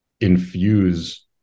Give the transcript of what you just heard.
infuse